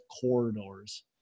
corridors